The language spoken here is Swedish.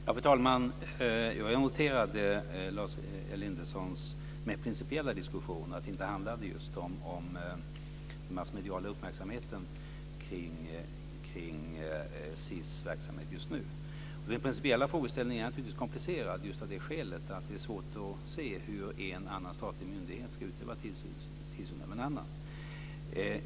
Fru talman! Jag noterade Lars Elindersons mer principiella diskussion och att det inte handlade just om den massmediala uppmärksamheten kring SiS verksamhet just nu. Den principiella frågeställningen är naturligtvis komplicerad av det skälet att det är svårt att se hur en statlig myndighet ska utöva tillsyn över en annan.